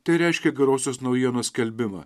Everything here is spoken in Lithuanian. tai reiškė gerosios naujienos skelbimą